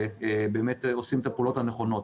ובאמת עושים את הפעולות הנכונות.